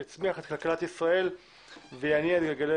יצמיח את כלכלת ישראל ויניע את גלגלי